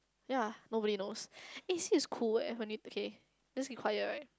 ya nobody knows actually it's cool eh when it okay let's be quiet right